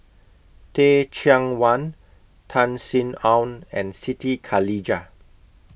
Teh Cheang Wan Tan Sin Aun and Siti Khalijah